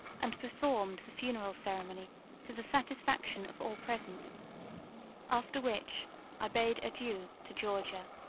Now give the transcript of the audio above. and performed the funeral ceremony to the satisfaction of all present after which i bade adieu to georgia,